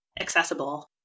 accessible